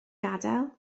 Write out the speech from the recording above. gadael